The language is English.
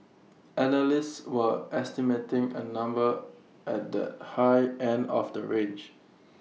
analysts were estimating A number at the high end of the range